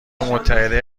متحده